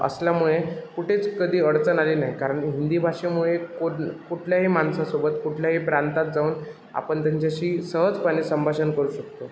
असल्यामुळे कुठेच कधी अडचण आली नाही कारण हिंदी भाषेमुळे कोडन कुठल्याही माणसासोबत कुठल्याही प्रांतात जाऊन आपण त्यांच्याशी सहजपणे संभाषण करू शकतो